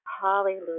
Hallelujah